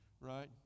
Right